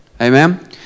amen